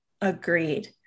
Agreed